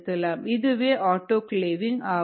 இதுவே ஆட்டோக்கிளேவிங் ஆகும்